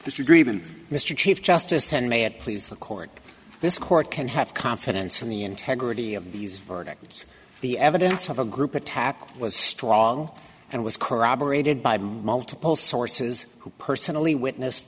disagreement mr chief justice and may it please the court this court can have confidence in the integrity of these verdicts the evidence of a group attack was strong and was corroborated by multiple sources who personally witnessed